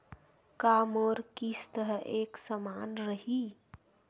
का मोर किस्त ह एक समान रही?